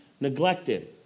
neglected